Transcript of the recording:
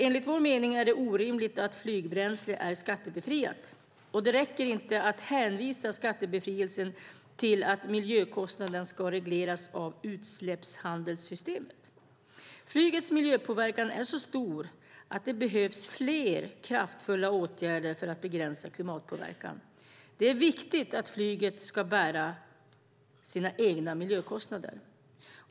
Enligt vår mening är det orimligt att flygbränsle är skattebefriat. Det räcker inte att hänvisa skattebefrielsen till att miljökostnaderna ska regleras av utsläppshandelssystemet. Flygets miljöpåverkan är så stor att det behövs fler kraftfulla åtgärder för att begränsa klimatpåverkan. Det är viktigt att flyget ska bära sina egna miljökostnader.